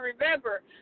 remember